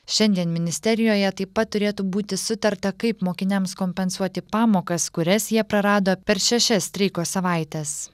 šiandien ministerijoje taip pat turėtų būti sutarta kaip mokiniams kompensuoti pamokas kurias jie prarado per šešias streiko savaites